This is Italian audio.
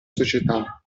società